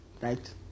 right